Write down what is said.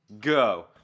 Go